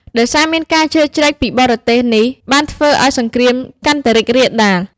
ដោយសារមានការជ្រៀតជ្រែកពីបរទេសនេះបានជាធ្វើឱ្យសង្គ្រាមកាន់តែរីករាលដាល។